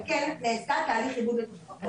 וכן נעשה תהליך עיבוד לתפרחות.